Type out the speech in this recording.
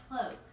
cloak